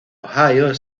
ohio